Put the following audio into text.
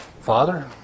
Father